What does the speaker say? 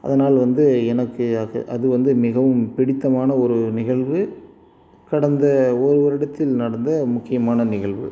அதனால் வந்து எனக்கு அது அது வந்து மிகவும் பிடித்தமான ஒரு நிகழ்வு கடந்த ஒரு வருடத்தில் நடந்த முக்கியமான நிகழ்வு